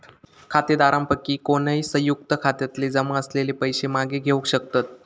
खातेधारकांपैकी कोणय, संयुक्त खात्यातले जमा असलेले पैशे मागे घेवक शकतत